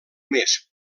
més